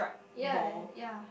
ya ya